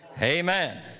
Amen